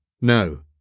no